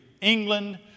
England